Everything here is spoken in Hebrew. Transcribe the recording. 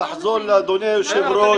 נחזור לאדוני היושב-ראש.